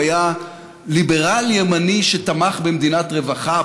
הוא היה ליברל ימני שתמך במדינת רווחה,